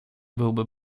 byłby